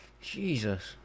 jesus